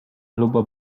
lubo